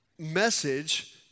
message